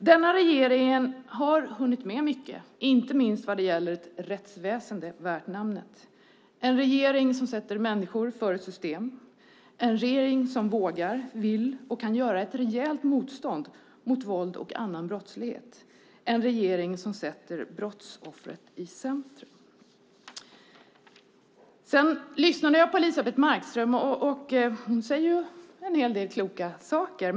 Denna regering har hunnit med mycket, inte minst vad gäller ett rättsväsen värt namnet. Det här är en regering som sätter människor före system, en regering som vågar, vill och kan utgöra ett rejält motstånd mot våld och annan brottslighet, en regering som sätter brottsoffret i centrum. Jag lyssnade på Elisebeht Markström. Hon sade en hel del kloka saker.